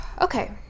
okay